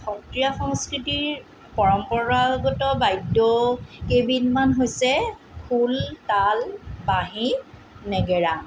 সত্ৰীয়া সংস্কৃতিৰ পৰম্পৰাগত বাদ্য কেইবিধমান হৈছে ঢোল তাল বাঁহী নেগেৰা